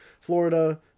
Florida